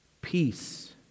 Peace